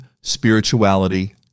spirituality